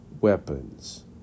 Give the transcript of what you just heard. weapons